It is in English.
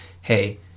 hey